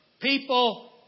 People